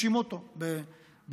את סושימוטו במול,